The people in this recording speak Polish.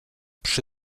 przy